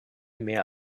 mehr